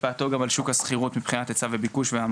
השפעתו על שוק השכירות מבחינת ההיצע והמענה.